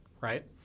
right